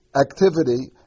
activity